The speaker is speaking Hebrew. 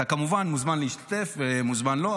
אתה כמובן מוזמן להשתתף ומוזמן לא.